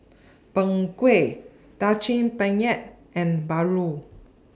Png Kueh Daging Penyet and Paru